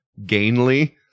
gainly